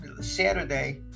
Saturday